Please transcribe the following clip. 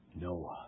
Noah